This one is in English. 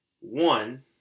One